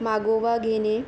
मागोवा घेणे